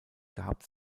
gehabt